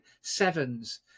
sevens